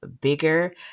bigger